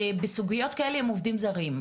בסוגיות כאלה עם עובדים זרים,